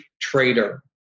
trader